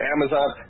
Amazon